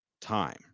time